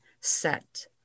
set